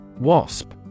Wasp